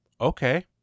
okay